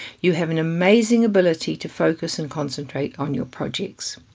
you have an amazing ability to focus and concentrate on your projects.